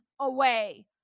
away